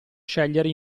scegliere